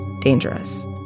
dangerous